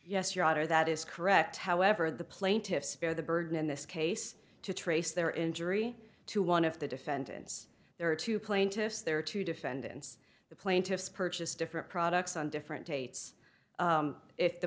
yes your honor that is correct however the plaintiffs bear the burden in this case to trace their injury to one of the defendants there are two plaintiffs there are two defendants the plaintiffs purchase different products on different dates if the